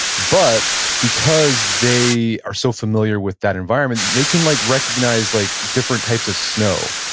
but because they are so familiar with that environment, they can like recognize like different types of snow,